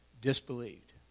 disbelieved